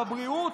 בבריאות,